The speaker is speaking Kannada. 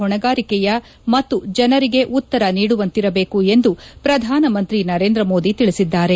ಹೊಣೆಗಾರಿಕೆಯ ಮತ್ತು ಜನರಿಗೆ ಉತ್ತರ ನೀಡುವಂತಿರಬೇಕು ಎಂದು ಪ್ರಧಾನ ಮಂತ್ರಿ ನರೇಂದ್ರ ಮೋದಿ ತಿಳಿಸಿದ್ದಾರೆ